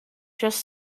just